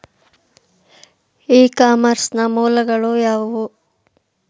E commerce ನ ಮೂಲಗಳು ಯಾವುವು?